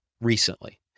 recently